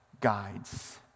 guides